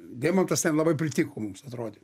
deimantas ten labai pritiko mums atrodė